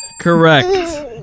correct